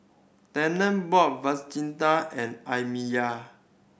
Tanner bought Fajita and Amiya